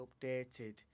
updated